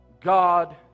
God